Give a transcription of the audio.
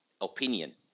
opinion